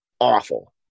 awful